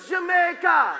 Jamaica